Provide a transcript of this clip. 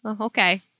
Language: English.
Okay